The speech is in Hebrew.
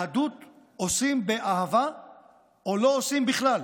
יהדות עושים באהבה או לא עושים בכלל,